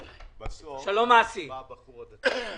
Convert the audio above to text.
אם אדם בן 68 לא פוטר אלא